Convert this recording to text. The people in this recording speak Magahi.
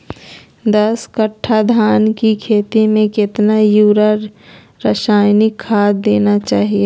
दस कट्टा धान की खेती में कितना यूरिया रासायनिक खाद देना चाहिए?